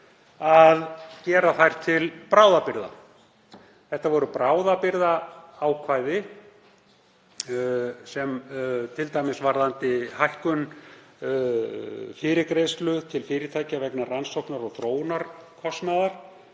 að vera til bráðabirgða. Þetta voru bráðabirgðaákvæði, t.d. varðandi hækkun fyrirgreiðslu til fyrirtækja vegna rannsóknar- og þróunarkostnaðar.